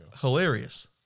hilarious